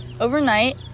Overnight